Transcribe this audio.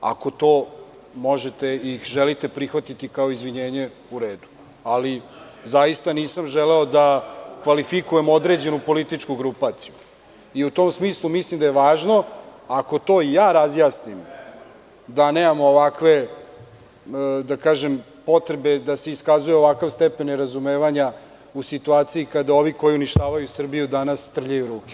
Ako to možete i želite prihvatiti kao izvinjenje, u redu, ali zaista nisam želeo da kvalifikujem određenu političku grupaciju i u tom smislumislim da je važno ako to i ja razjasnim da nemamo ovakve potrebe da se iskazuje ovakav stepen ne razumevanja u situaciji kada ovi koji uništavaju Srbiju danas trljaju ruke.